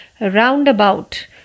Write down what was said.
roundabout